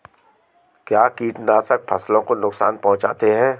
क्या कीटनाशक फसलों को नुकसान पहुँचाते हैं?